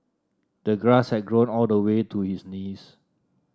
the grass had grown all the way to his knees